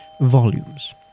volumes